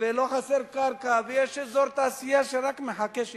ולא חסרה קרקע, ויש אזור תעשייה שרק מחכה שייכנסו.